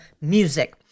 music